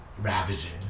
ravaging